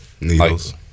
Needles